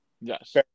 Yes